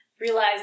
Realize